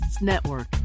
network